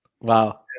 Wow